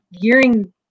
gearing